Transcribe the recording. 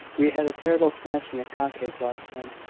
we had a terrible snatching of cockades last time.